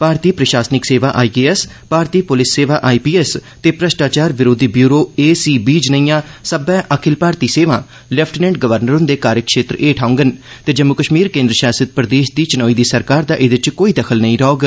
भारती प्रशासनिक सेवा आईएएस भारती पुलस सेवा आईपीएस ते भ्रश्टाचार विरोधी व्यूरो एसीबी जनेइयां सब्बै अखिल भारती सेवां लेफ्टिनेंट गवर्नर हुंदे कार्यक्षेत्र ऐठ औंगन ते जम्मू कश्मीर केन्द्र शासित प्रदेश दी चनोई दी सरकार दा एहदे च कोई दखल नेइ रौह्ग